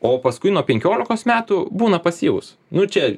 o paskui nuo penkiolikos metų būna pasyvūs nu čia